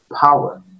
power